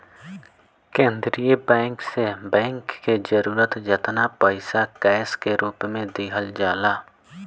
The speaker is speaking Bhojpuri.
केंद्रीय बैंक से बैंक के जरूरत जेतना पईसा कैश के रूप में दिहल जाला